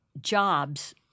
jobs